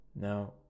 Now